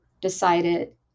decided